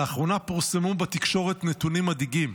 לאחרונה פורסמו בתקשורת נתונים מדאיגים,